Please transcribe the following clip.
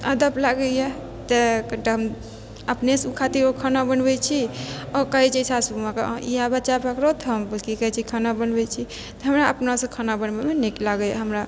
अदब लागइए तऽ कनि टा हम अपनेसँ ओइ खातिर खाना बनबय छी आओर कहय छियै सासु माँके अहाँ इेए बच्चा पकड़थु हम की कहय छै खाना बनबय छी तऽ हमरा अपनासँ खाना बनबयमे नीक लागइए हमरा